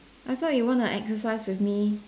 I thought you want to exercise with me